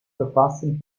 verfassen